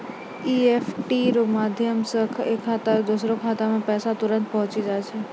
EFT रो माध्यम से एक खाता से दोसरो खातामे पैसा तुरंत पहुंचि जाय छै